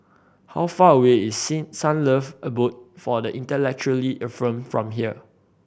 how far away is Sing Sunlove Abode for the Intellectually Infirmed from here